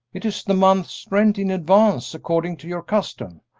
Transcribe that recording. it is the month's rent in advance, according to your custom.